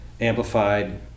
amplified